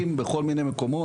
מספרים, בכל מיני מקומות.